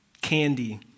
Candy